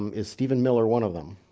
is stephen miller one of them?